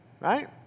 Right